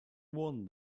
one